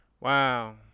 Wow